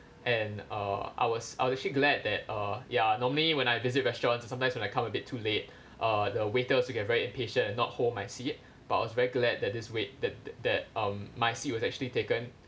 and uh I was I was actually glad that uh ya normally when I visit restaurants and sometimes when I come a bit too late uh the waiter also get very impatient not hold my seat but I was very glad that this wait~ that that um my seat was actually taken